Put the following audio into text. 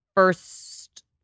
first